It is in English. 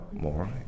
more